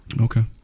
Okay